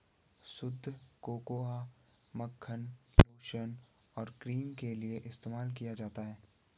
शुद्ध कोकोआ मक्खन लोशन और क्रीम के लिए इस्तेमाल किया जाता है